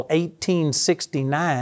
1869